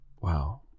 Wow